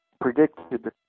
predicted